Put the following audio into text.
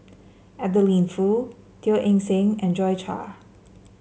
Adeline Foo Teo Eng Seng and Joi Chua